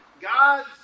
God